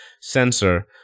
sensor